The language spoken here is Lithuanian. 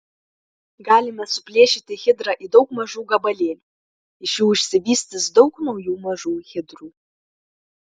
galime suplėšyti hidrą į daug mažų gabalėlių iš jų išsivystys daug naujų mažų hidrų